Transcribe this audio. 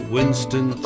Winston